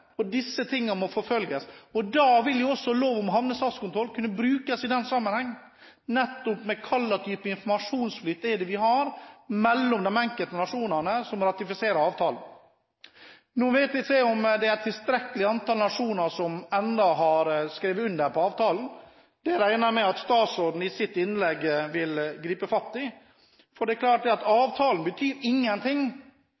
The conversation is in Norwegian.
Disse tingene må forfølges. I den sammenhengen vil også avtalen om hamnestatskontroll kunne brukes – nettopp når det gjelder hvilken type informasjonsflyt vi har mellom de enkelte nasjonene som ratifiserer avtalen. Nå vet ikke jeg om det er et tilstrekkelig antall nasjoner som har skrevet under på avtalen. Det regner jeg med at statsråden i sitt innlegg vil gripe fatt i, for det er klart at